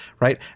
right